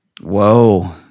Whoa